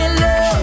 love